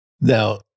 Now